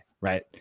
right